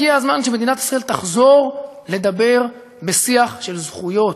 הגיע הזמן שמדינת ישראל תחזור לדבר בשיח של זכויות,